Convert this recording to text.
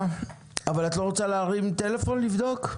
את לא רוצה להרים טלפון לבדוק?